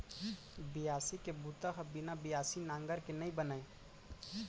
बियासी के बूता ह बिना बियासी नांगर के नइ बनय